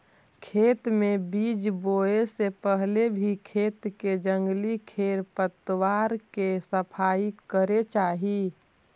खेत में बीज बोए से पहले भी खेत के जंगली खेर पतवार के सफाई करे चाही